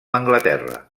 anglaterra